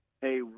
hey